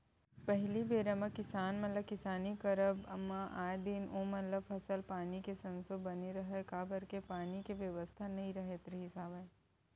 पहिली बेरा म किसान मन ल किसानी के करब म आए दिन ओमन ल फसल पानी के संसो बने रहय काबर के पानी के बेवस्था नइ राहत रिहिस हवय